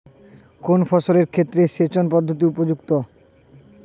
কোন ফসলের ক্ষেত্রে সেচন পদ্ধতি উপযুক্ত?